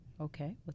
okay